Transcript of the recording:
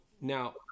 now